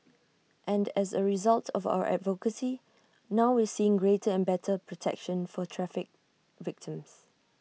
and as A result of our advocacy now we seeing greater and better protection for traffic victims